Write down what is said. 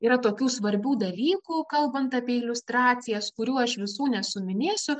yra tokių svarbių dalykų kalbant apie iliustracijas kurių aš visų nesuminėsiu